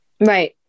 Right